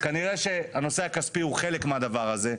כנראה שהנושא הכספי הוא חלק מהדבר הזה,